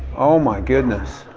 oh my goodness!